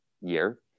year